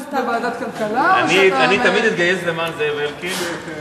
אני תמיד אתגייס למען זאב אלקין.